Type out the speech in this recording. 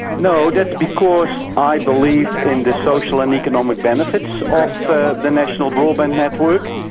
no, that's because i believe in the social and economic benefits of the the national broadband network.